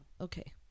okay